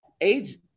age